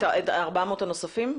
את ה-400 הנוספים?